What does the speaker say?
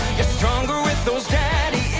stronger with those daddy